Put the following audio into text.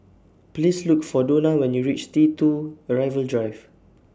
Please Look For Dona when YOU REACH T two Arrival Drive